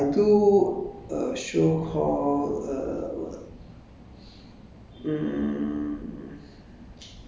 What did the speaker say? to do uh I sign up a company and then I start a show I do a show called uh what